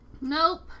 Nope